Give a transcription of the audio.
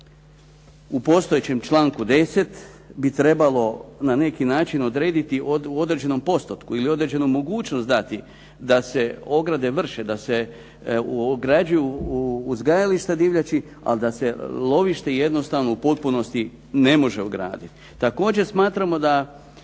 u postojećem članku 10. bi trebalo na neki način odrediti u određenom postotku ili određenu mogućnost dati da se ograde vrše, da se ograđuju uzgajališta divljači ali da se lovište jednostavno u potpunosti ne može ograditi. Također smatramo da